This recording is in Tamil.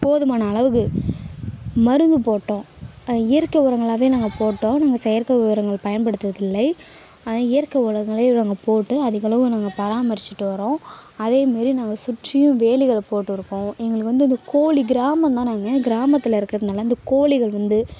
போதுமான அளவு மருந்து போட்டோம் இயற்கை உரங்களாகவே நாங்கள் போட்டோம் நாங்கள் செயற்கை உரங்கள் பயன்படுத்துகிறது இல்லை அதுதான் இயற்கை உரங்களை நாங்கள் போட்டு அதிகளவு நாங்கள் பராமரிச்சுட்டு வரோம் அதே மாதிரி நாங்கள் சுற்றியும் வேலிகளை போட்டுருக்கோம் எங்களுக்கு வந்து அந்த கோழி கிராமந்தான் நாங்கள் கிராமத்தில் இருக்கிறதனால் அந்த கோழிகள் வந்து